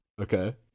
Okay